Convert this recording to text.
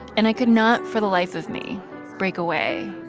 and i could not for the life of me break away.